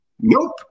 Nope